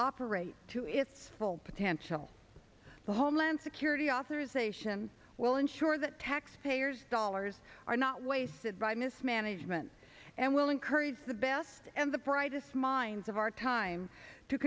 operate to its full potential the homeland security authorization will ensure that taxpayers dollars are not wasted by mismanagement and will encourage the best and the brightest minds of our time to